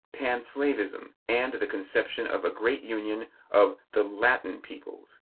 pan-slavism, and the conception of a great union of the latin peoples.